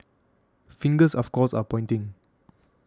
fingers of course are pointing